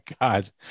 god